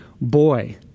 boy